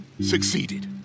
succeeded